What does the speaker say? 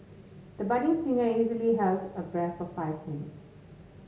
the budding singer easily held her breath for five minutes